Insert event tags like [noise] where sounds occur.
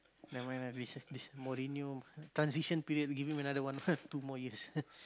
never mind lah this this Morinho transition period give him another one [laughs] two more years [laughs]